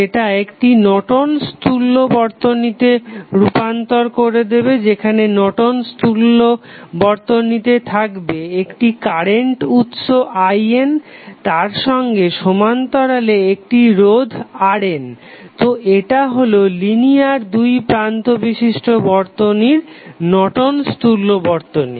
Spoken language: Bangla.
সেটা একটি নর্টন'স তুল্য Nortons equivalent বর্তনীতে রূপান্তর করে দেবে যেখানে নর্টন'স তুল্য Nortons equivalent বর্তনীতে থাকবে একটি কারেন্ট উৎস IN তারসঙ্গে সমান্তরালে একটি রোধ RN তো এটা হলো লিনিয়ার দুই প্রান্ত বিশিষ্ট বর্তনীর নর্টন'স তুল্য Nortons equivalent বর্তনী